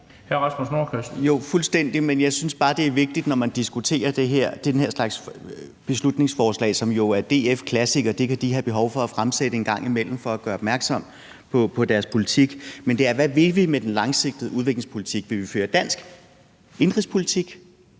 Rasmus Nordqvist (SF): Jo, fuldstændig, men jeg synes bare, det er vigtigt, når man diskuterer den her slags beslutningsforslag – som jo er DF-klassikere, og dem kan de have et behov for at fremsætte en gang imellem for at gøre opmærksom på deres politik – at se på: Hvad vil vi med den langsigtede udviklingspolitik? Vil vi føre dansk indenrigspolitik,